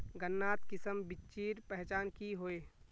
गन्नात किसम बिच्चिर पहचान की होय?